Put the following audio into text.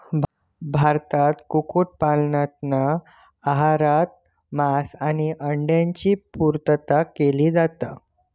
भारतात कुक्कुट पालनातना आहारात मांस आणि अंड्यांची पुर्तता केली जाता